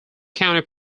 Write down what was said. county